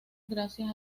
gracias